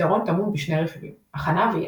והפתרון טמון בשני רכיבים הכנה וידע.